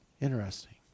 Interesting